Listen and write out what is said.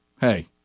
Hey